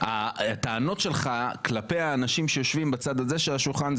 הטענות שלך כלפי האנשים שיושבים בצד הזה של השולחן,